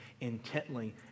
intently